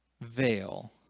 veil